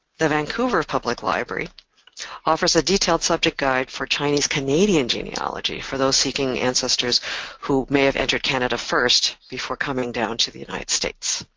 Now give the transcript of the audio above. the vancouver public library offers a detailed subject guide for chinese canadian genealogy for those seeking ancestors who may have entered canada first before coming down to the united states.